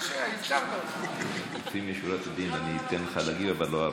אני אתן לך להגיב, אבל לא ארוך.